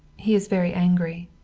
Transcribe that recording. he is very angry.